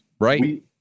Right